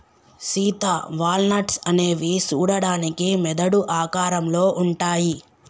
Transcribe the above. Sita walnuts అనేవి సూడడానికి మెదడు ఆకారంలో ఉంటాయి